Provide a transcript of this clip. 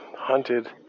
Hunted